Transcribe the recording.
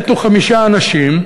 מתו חמישה אנשים,